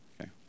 Okay